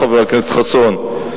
חבר הכנסת חסון?